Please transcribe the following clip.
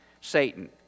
Satan